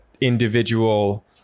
individual